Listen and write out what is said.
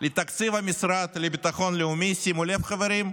לתקציב המשרד לביטחון לאומי, שימו לב, חברים,